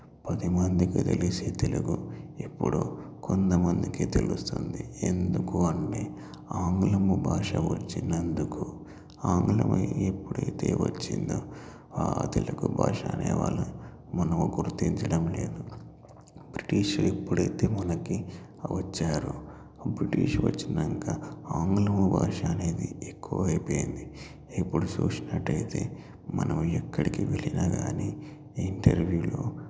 పదిమందికి తెలిసే తెలుగు ఇప్పుడు కొంతమందికి తెలుస్తుంది ఎందుకు అని ఆంగ్లము భాష వచ్చినందుకు ఆంగ్లమై ఎప్పుడైతే వచ్చిందో ఆ తెలుగు భాష అనేవాళ్ళు మనం గుర్తించడం లేదు బ్రిటిష్లు ఎప్పుడైతే మనకి వచ్చారు బ్రిటిష్ వచ్చినాక ఆంగ్లం భాష అనేది ఎక్కువ అయిపోయింది ఇప్పుడు చూసినట్టయితే మనం ఎక్కడికి వెళ్ళినా గానీ ఇంటర్వ్యూలో